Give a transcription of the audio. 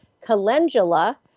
calendula